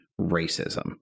racism